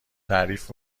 تعریف